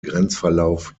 grenzverlauf